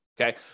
okay